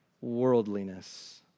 Worldliness